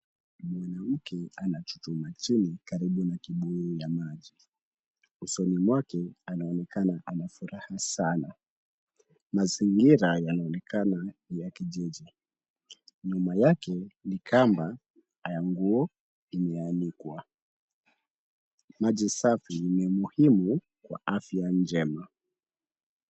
Mwanamke anachuchuma chini karibu na kibuu ya maji. Usoni mwake anaonekana amefurahi sana. Mazingira yanaonekana ni ya kijiji. Nyuma yake ni kamba ya nguo imeanikwa. Maji safi ni muhimu kwa afya njema.